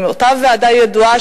עם אותה ועדה ידועה,